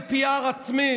איזה PR עצמי.